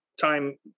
time